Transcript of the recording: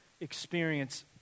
experience